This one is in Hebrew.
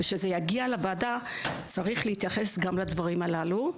כשזה יגיע לוועדה צריך להתייחס גם לדברים הללו".